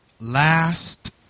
last